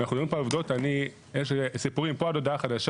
יש לי סיפורים מפה עד הודעה חדשה,